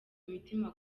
mitima